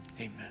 amen